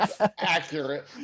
accurate